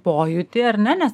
pojūtį ar ne nes